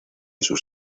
sus